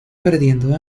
perdiendo